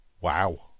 wow